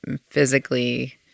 physically